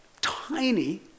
tiny